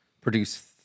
produce